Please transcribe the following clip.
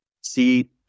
see